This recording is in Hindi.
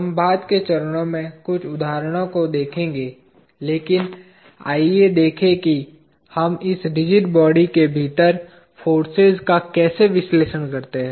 हम बाद के चरण में कुछ उदाहरणों को देखेंगे लेकिन आइए देखें कि हम इस रिजिड बॉडी के भीतर फोर्सेज का कैसे विश्लेषण करते हैं